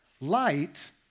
Light